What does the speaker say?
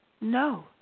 No